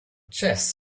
chess